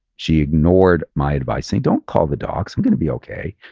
she ignored my advice saying, don't call the docs, i'm going to be okay.